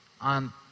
on